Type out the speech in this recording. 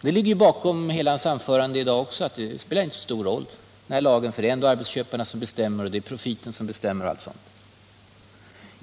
bedömningen ligger bakom hela hans anförande i dag också: Arbetsmiljölagen spelar inte så stor roll — det är ändå arbetsköparna och ytterst profiten som bestämmer.